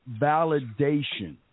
validation